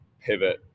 pivot